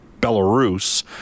Belarus